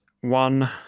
one